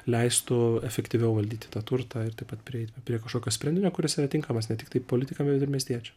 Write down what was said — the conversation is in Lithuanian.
leistų efektyviau valdyti tą turtą ir taip pat prieit prie kažkokio sprendimo kuris yra tinkamas ne tiktai politikam bet ir miestiečia